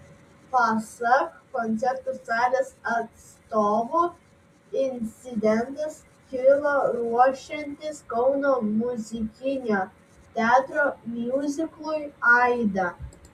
pasak koncertų salės atstovų incidentas kilo ruošiantis kauno muzikinio teatro miuziklui aida